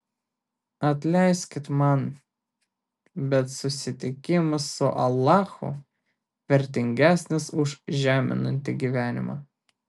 atleiskit man bet susitikimas su alachu vertingesnis už žeminantį gyvenimą